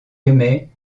aimait